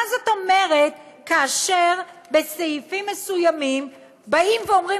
מה זאת אומרת כאשר בסעיפים מסוימים באים ואומרים